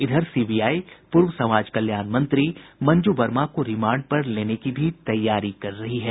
इधर सीबीआई पूर्व समाज कल्याण मंत्री मंजू वर्मा को रिमांड पर लेने की भी तैयारी कर रही है